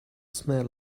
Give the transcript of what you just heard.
smell